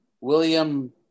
William